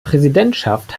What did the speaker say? präsidentschaft